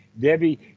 Debbie